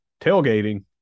tailgating